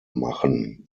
machen